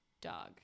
dog